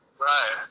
Right